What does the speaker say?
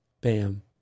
Bam